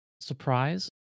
surprise